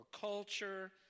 culture